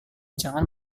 jangan